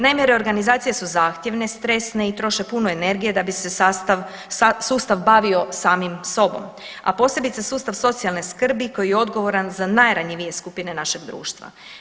Naime, reorganizacije su zahtjevne, stresne i troše puno energije da bi se sustav bavio samim sobom, a posebice sustav socijalne skrbi koji je odgovoran za najranjivije skupine našeg društva.